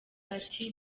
ati